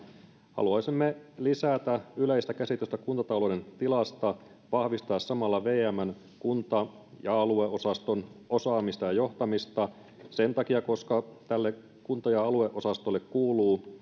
haluaisimme lisätä yleistä käsitystä kuntatalouden tilasta ja vahvistaa samalla vmn kunta ja alueosaston osaamista ja johtamista sen takia että tälle kunta ja alueosastolle kuuluvat